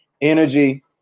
energy